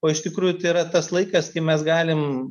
o iš tikrųjų tai yra tas laikas kai mes galim